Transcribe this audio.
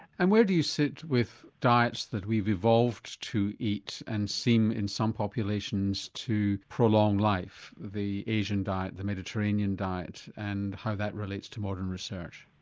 and where do you sit with diets that we've evolved to eat and seen in some populations to prolong life the asian diet, the mediterranean diet and how that relates to modern research?